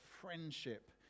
friendship